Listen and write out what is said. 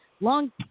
long